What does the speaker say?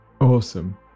Awesome